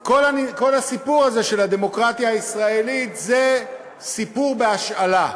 כל הסיפור הזה של הדמוקרטיה הישראלית זה סיפור בהשאלה.